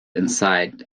inside